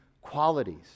qualities